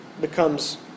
becomes